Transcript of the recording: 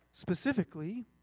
Specifically